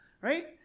right